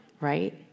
right